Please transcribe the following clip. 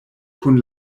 kun